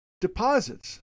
deposits